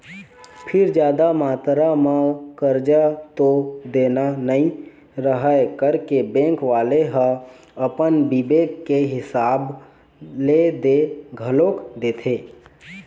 फेर जादा मातरा म करजा तो देना नइ रहय करके बेंक वाले ह अपन बिबेक के हिसाब ले दे घलोक देथे